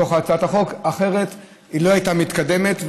בתוך הצעת החוק, אחרת היא לא הייתה מתקדמת.